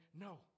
no